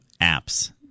apps